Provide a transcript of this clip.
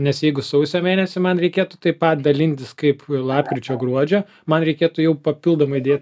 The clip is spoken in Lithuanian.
nes jeigu sausio mėnesį man reikėtų taip pat dalintis kaip lapkričio gruodžio man reikėtų jau papildomai dėt